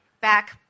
back